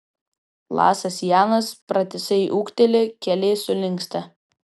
lasas janas pratisai ūkteli keliai sulinksta